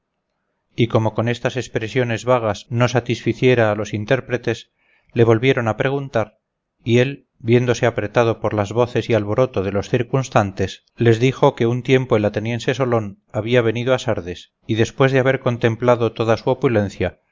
y como con estas expresiones vagas no satisficiera a los intérpretes le volvieron a preguntar y él viéndose apretado por las voces y alboroto de los circunstantes les dijo que un tiempo el ateniense solón había venido a sardes y después de haber contemplado toda